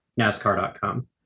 NASCAR.com